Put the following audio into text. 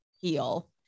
heal